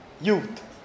Youth